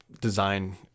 design